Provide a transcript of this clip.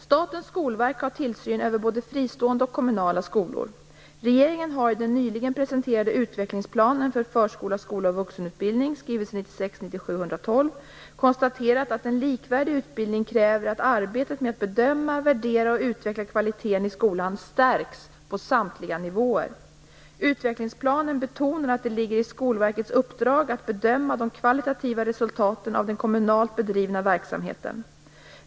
Statens skolverk har tillsyn över både fristående och kommunala skolor. Regeringen har i den nyligen presenterade utvecklingsplanen för förskola, skola och vuxenutbildning konstaterat att en likvärdig utbildning kräver att arbetet med att bedöma, värdera och utveckla kvaliteten i skolan stärks på samtliga nivåer. Utvecklingsplanen betonar att det ligger i Skolverkets uppdrag att bedöma de kvalitativa resultaten av den kommunalt bedrivna verksamheten.